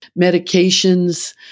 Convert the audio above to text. medications